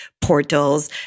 portals